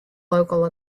local